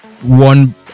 one